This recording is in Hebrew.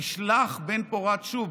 נשלח בן-פורת שוב,